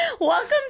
Welcome